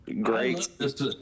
Great